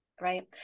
Right